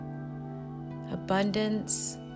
abundance